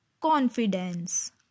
confidence